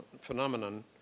phenomenon